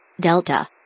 Delta